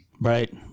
right